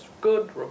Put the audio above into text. good